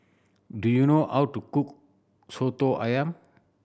do you know how to cook Soto Ayam